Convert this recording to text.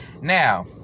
Now